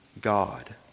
God